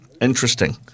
interesting